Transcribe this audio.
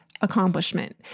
accomplishment